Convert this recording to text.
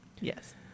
Yes